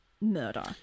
murder